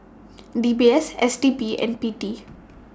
D B S S D P and P T